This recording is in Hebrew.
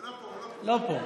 לא פה,